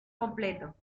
completo